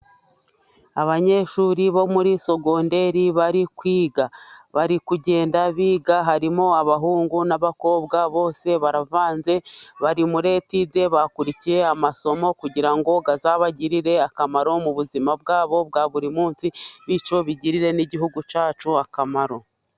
Abanyeshuri bo muri sogonderi, bari kwiga, bari kugenda biga, harimo abahungu n'abakobwa bose, baravanze bari muri etude, bakurikiye amasomo, kugira ngo azabagirire akamaro mu buzima bwabo bwa buri munsi, bityo bigirira n'igihugu cyacu akamaro.